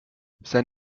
sein